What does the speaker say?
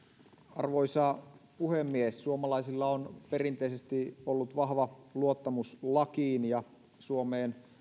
arvoisa puhemies suomalaisilla on perinteisesti ollut vahva luottamus lakiin ja suomeen